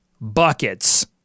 Buckets